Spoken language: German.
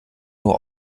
nur